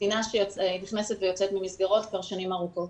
קטינה שנכנסת ויוצאת ממסגרות כבר שנים ארוכות: